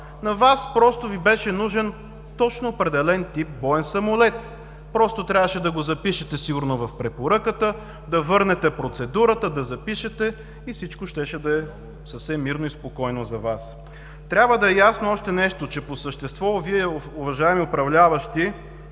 На Вас просто Ви беше нужен точно определен тип боен самолет. Просто трябваше да го запишете сигурно в препоръката, да върнете процедурата, да запишете и всичко щеше да е съвсем мирно и спокойно за Вас. Трябва да е ясно още нещо, че по същество Вие, уважаеми управляващи,